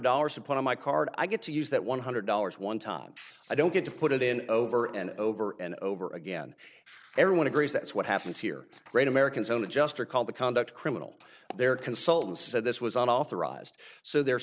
dollars to put on my card i get to use that one hundred dollars one time i don't get to put it in over and over and over again everyone agrees that's what happened here great americans own adjustor called the conduct criminal their consultants said this was an authorized so there